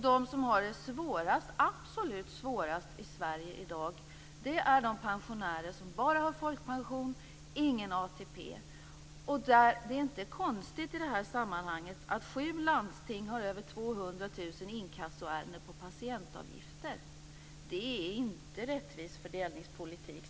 De som har det absolut svårast i Sverige i dag är de pensionärer som bara har folkpension och ingen ATP. Det är inte konstigt i det här sammanhanget att sju landsting har över 200 000 inkassoärenden som gäller patientavgifter. Det är inte rättvis fördelningspolitik.